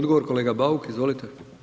Odgovor kolega Bauk, izvolite.